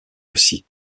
aussi